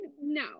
no